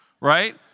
Right